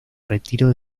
retiro